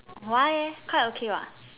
why eh quite okay what